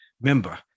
member